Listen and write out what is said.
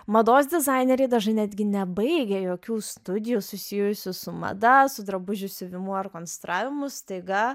mados dizaineriai dažnai netgi nebaigę jokių studijų susijusių su mada su drabužių siuvimu ar konstravimu staiga